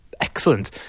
excellent